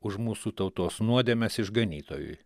už mūsų tautos nuodėmes išganytojui